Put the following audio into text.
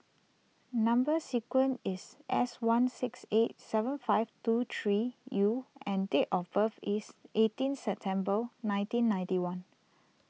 Number Sequence is S one six eight seven five two three U and date of birth is eighteen September nineteen ninety one